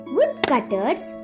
Woodcutter's